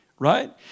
Right